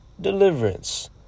deliverance